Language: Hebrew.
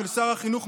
שר החינוך,